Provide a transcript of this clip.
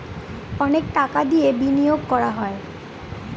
অনেক টাকা দিয়ে বিনিয়োগ করা হয়